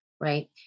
right